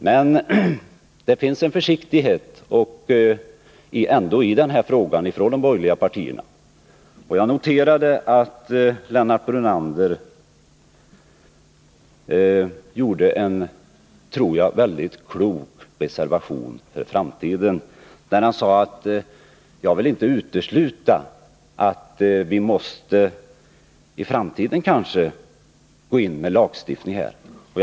Men det finns ändå en försiktighet hos de borgerliga partierna i den här frågan. Jag noterade att Lennart Brunander gjorde en, tycker jag, väldigt klok reservation för framtiden när han sade att han inte ville utesluta att vi i framtiden kanske måste gå in med lagstiftning på detta område.